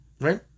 Right